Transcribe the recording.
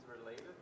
related